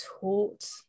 taught